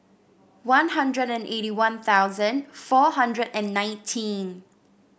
One Hundred and eighty One Thousand four hundred and nineteen